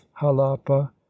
halapa